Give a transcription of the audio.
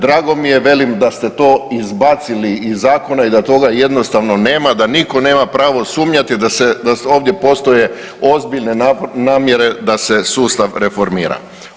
Drago mi je, velim, da ste to izbacili iz zakona i da toga jednostavno nema, da nitko nema pravo sumnjati da se, da ovdje postoje ozbiljne namjere da se sustav reformira.